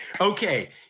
Okay